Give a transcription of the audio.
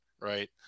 right